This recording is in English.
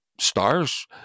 stars